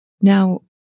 Now